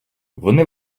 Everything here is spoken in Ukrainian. вони